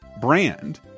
brand